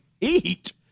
eat